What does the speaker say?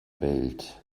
welt